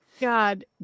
God